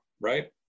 right